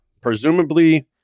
presumably